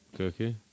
Okay